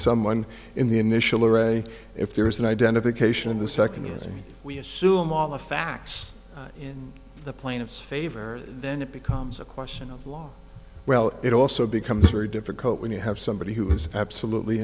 someone in the initial array if there is an identification in the second using we assume all the facts in the plaintiff's favor then it becomes a question of law well it also becomes very difficult when you have somebody who is absolutely